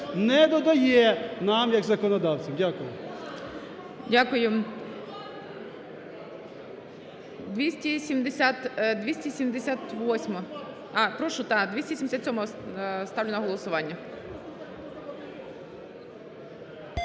не додає нам як законодавцям. Дякую.